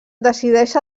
decideix